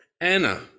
Anna